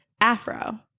Afro